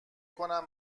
کنم